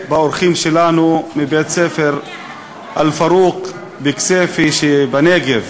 האורחים שלנו מבית-הספר "אל-פארוק" מכסייפה שבנגב.